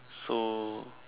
so